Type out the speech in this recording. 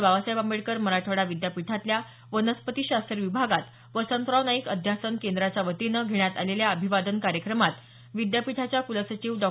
बाबासाहेब आंबेडकर मराठवाडा विद्यापीठातल्या वनस्पतीशास्त्र विभागात वसंतराव नाईक अध्यासन केंद्राच्या वतीनं घेण्यात आलेल्या अभिवादन कार्यक्रमात विद्यापीठाच्या क्लसचिव डॉ